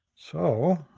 so